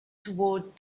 toward